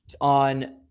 on